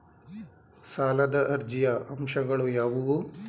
ಸಾಲದ ಅರ್ಜಿಯ ಅಂಶಗಳು ಯಾವುವು?